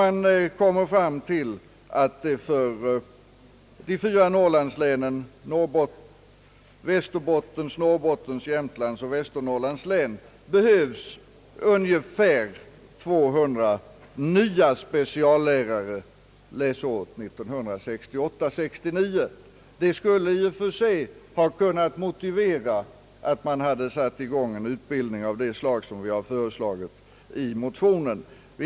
Man kommer då fram till att det för de fyra Norrlandslänen — Västerbottens, Norr bottens, Jämtlands och Västernorrlands län — behövs ungefär 200 nya speciallärare läsåret 1968/69. Detta skulle i och för sig ha kunnat motivera att man hade satt i gång en utbildning av det slag som jag har föreslagit i motionen.